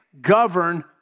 govern